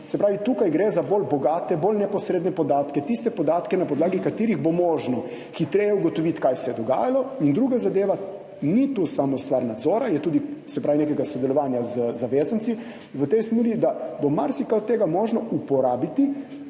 tu gre za bolj bogate, bolj neposredne podatke, tiste podatke, na podlagi katerih bo možno hitreje ugotoviti, kaj se je dogajalo. In druga zadeva, to ni samo stvar nadzora, je tudi nekega sodelovanja z zavezanci, v tej smeri, da bo marsikaj od tega možno uporabiti